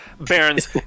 Baron's